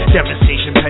Devastation